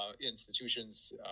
Institutions